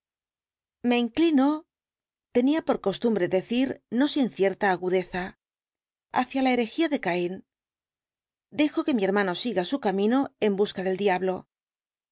me inclino tenía por costumbre decir no sin cierta agudeza hacia la herejía de caín dejo que mi hermano siga su camino en busca del diablo